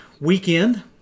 weekend